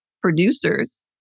producers